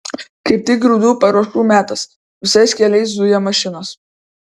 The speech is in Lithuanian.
kaip tik grūdų paruošų metas visais keliais zuja mašinos